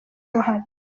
uruhare